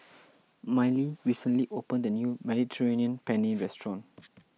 Mylee recently opened a new Mediterranean Penne restaurant